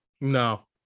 no